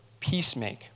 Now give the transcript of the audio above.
peacemake